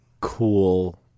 cool